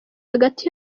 hagati